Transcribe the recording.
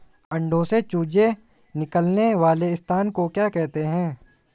अंडों से चूजे निकलने वाले स्थान को क्या कहते हैं?